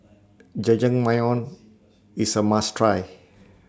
Jajangmyeon IS A must Try